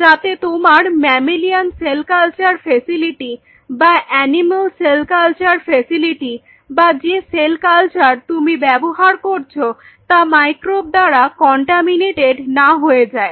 যাতে তোমার mammalian cell culture facility বা অ্যানিমেল সেল কালচার ফেসিলিটি বা যে সেল কালচার তুমি ব্যবহার করছ তা মাইক্রোব দ্বারা কন্টামিনেটেড না হয়ে যায়